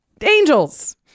Angels